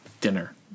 dinner